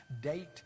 date